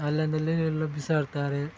ಅಲ್ಲಿಂದಲ್ಲೇ ಎಲ್ಲ ಬಿಸಾಡ್ತಾರೆ